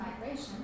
migration